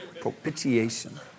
propitiation